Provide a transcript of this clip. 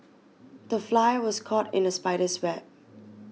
the fly was caught in the spider's web